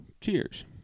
Cheers